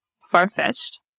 far-fetched